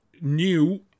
new